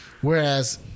Whereas